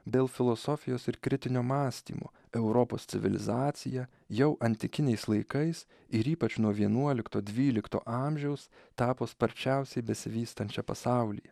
dėl filosofijos ir kritinio mąstymo europos civilizacija jau antikiniais laikais ir ypač nuo vienuolikto dvylikto amžiaus tapo sparčiausiai besivystančia pasaulyje